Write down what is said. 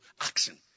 action